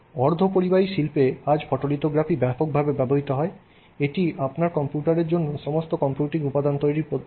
অর্ধপরিবাহী শিল্পে আজ ফটোলিথোগ্রাফি ব্যাপকভাবে ব্যবহৃত হয় এটি আপনার কম্পিউটারের জন্য সমস্ত কম্পিউটিং উপাদান তৈরির পদ্ধতি